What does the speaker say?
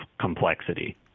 complexity